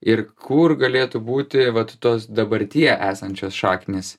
ir kur galėtų būti vat tos dabartyje esančios šaknys